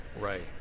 Right